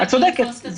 את צודקת.